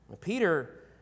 Peter